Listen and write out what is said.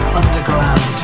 underground